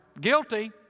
guilty